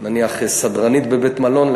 נניח חדרנית בבית-מלון,